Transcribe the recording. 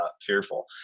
fearful